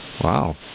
Wow